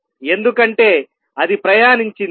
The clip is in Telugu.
ఎందుకంటే అది ప్రయాణించింది